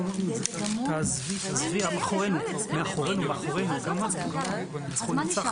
מירה, אולי תסבירי, בכמה משפטים, גם על הנושא